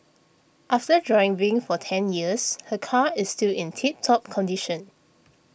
after driving for ten years her car is still in tip top condition